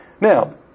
Now